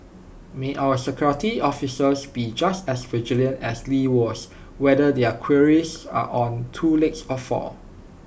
may our security officers be just as vigilant as lee was whether their quarries are on two legs or four